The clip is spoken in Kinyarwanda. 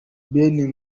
ben